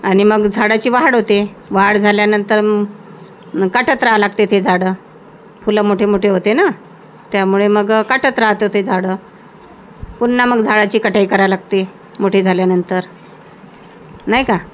आणि मग झाडाची वाढ होते वाढ झाल्यानंतर काटत राहावं लागते ते झाडं फुलं मोठे मोठे होते ना त्यामुळे मग काटत राहतो ते झाडं पुन्हा मग झाडाची कटाई करायला लागते मोठी झाल्यानंतर नाही का